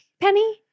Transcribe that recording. Penny